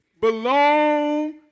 belong